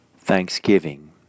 Thanksgiving